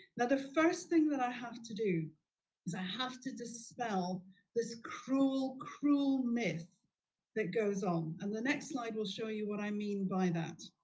the first thing that i have to do is i have to dispel this cruel, cruel myth that goes on. and the next slide will show you what i mean by that.